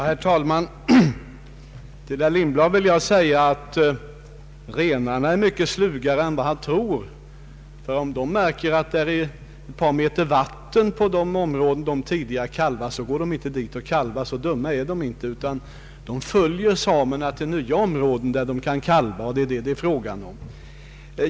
Herr talman! Till herr Lindblad vill jag säga att renarna är mycket slugare än han tror. Om de märker att det är ett par meter vatten på de områden där de tidigare kalvade, så går de inte dit och kalvar. Så dumma är de inte, utan de följer samerna till nya områden.